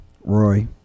Roy